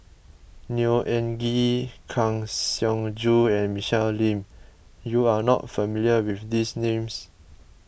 Neo Anngee Kang Siong Joo and Michelle Lim you are not familiar with these names